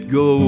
go